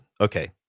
okay